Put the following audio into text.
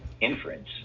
inference